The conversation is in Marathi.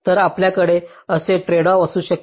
तर आपल्याकडे असे ट्रेडऑफ असू शकते